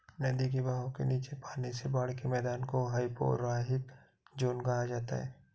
नदी के बहाव के नीचे पानी से बाढ़ के मैदान को हाइपोरहाइक ज़ोन कहा जाता है